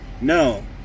no